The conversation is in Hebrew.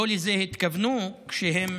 לא לזה הם התכוונו כשהם